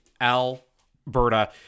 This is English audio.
Alberta